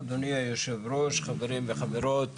אדוני יושב הראש, חברים וחברות.